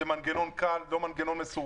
זה מנגנון קל ולא מסורבל.